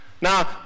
Now